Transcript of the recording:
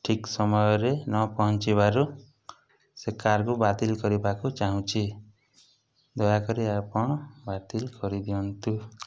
ଠିକ୍ ସମୟରେ ନ ପହଞ୍ଚିବାରୁ ସେ କାର୍କୁ ବାତିଲ କରିବାକୁ ଚାହୁଁଛି ଦୟାକରି ଆପଣ ବାତିଲ କରିଦିଅନ୍ତୁ